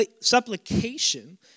Supplication